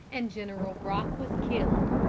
and general brock was killed.